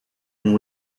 and